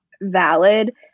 valid